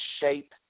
shape